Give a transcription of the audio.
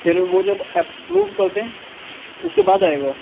پھر وہ جب ایپروو کرتے ہیں اس کے بعد آئے گا